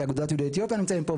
אגודת יהודי אתיופיה נמצאים פה,